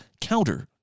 counter